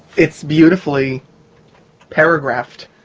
it's beautifully paragraphed.